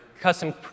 custom